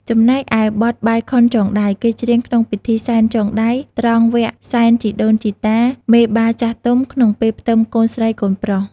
ចំណែកឯបទបាយខុនចងដៃ គេច្រៀងក្នុងពិធីសែនចងដៃ ត្រង់វគ្គសែនជីដូនជីតាមេបាចាស់ទុំ ក្នុងពេលផ្ទឹមកូនស្រី កូនប្រុស។